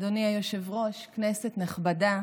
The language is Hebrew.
אדוני היושב-ראש, כנסת נכבדה,